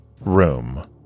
room